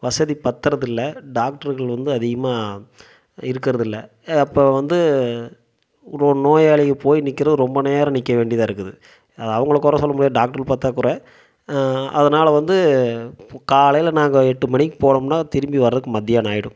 வசதி பத்துறது இல்லை டாக்டர்கள் வந்து அதிகமாக இருக்கிறது இல்ல அப்போ வந்து நோயாளி போய் நிற்குறது ரொம்ப நேரம் நிற்க வேண்டியதாக இருக்குது அவங்களை குறை சொல்ல முடியாது டாக்டர் பற்றாக்குறை அதனால வந்து காலையில் நாங்கள் எட்டு மணிக்கு போனோம்னா திரும்பி வரறக்கு மதியானம் ஆகிடும்